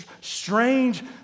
strange